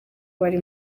bari